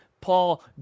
Paul